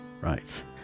Right